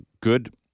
good